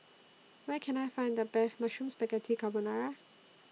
Where Can I Find The Best Mushroom Spaghetti Carbonara